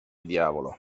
diavolo